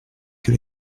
que